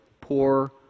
poor